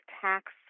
tax